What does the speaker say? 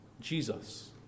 Jesus